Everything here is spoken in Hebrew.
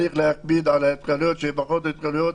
צריך להקפיד בהתקהלויות, שיהיו פחות התקהלויות.